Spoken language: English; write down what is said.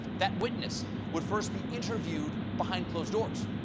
that witness would first be interviewed behind closed doors,